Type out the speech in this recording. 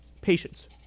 Patience